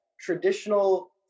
traditional